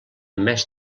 més